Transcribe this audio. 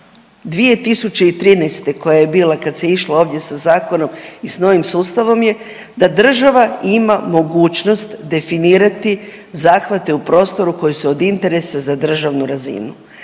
2013. koja je bila kad se išlo ovdje sa zakonom i s novim sustavom je da država ima mogućnost definirati zahvate u prostoru koji su od interesa za državnu razinu,